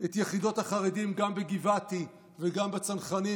את יחידות החרדים גם בגבעתי וגם בצנחנים,